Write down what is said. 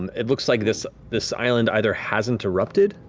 and it looks like this this island either hasn't erupted,